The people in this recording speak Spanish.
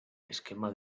esquema